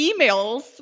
emails